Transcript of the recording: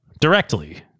Directly